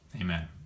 Amen